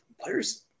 players –